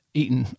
eaten